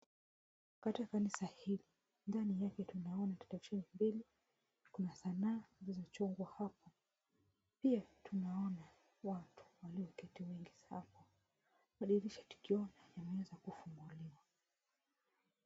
Katika kanisa hili ndani yake tunaona televisheni mbili kuna sanaa zilizochongwa hapo pia tunaona watu walioketi wengi sana, madirisha tukiona yameweza kufunguliwa.